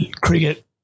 cricket